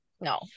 no